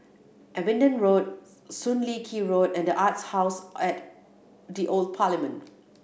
Abingdon Road Soon Lee Road and The Arts House at the Old Parliament